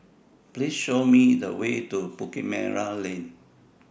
Please Show Me The Way to Bukit Merah Lane